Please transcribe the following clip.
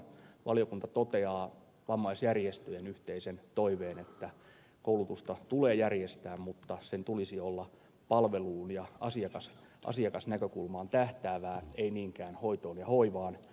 valiokunta toteaa vammaisjärjestöjen yhteisen toiveen että koulutusta tulee järjestää mutta sen tulisi olla palveluun ja asiakasnäkökulmaan tähtäävää ei niinkään hoitoon ja hoivaan